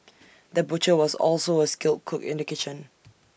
the butcher was also A skilled cook in the kitchen